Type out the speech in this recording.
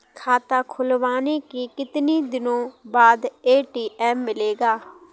खाता खुलवाने के कितनी दिनो बाद ए.टी.एम मिलेगा?